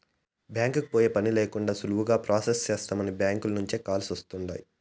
బ్యాంకీకి పోయే పనే లేకండా సులువుగా ప్రొసెస్ చేస్తామని బ్యాంకీల నుంచే కాల్స్ వస్తుండాయ్